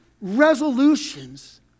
resolutions